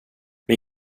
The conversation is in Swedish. med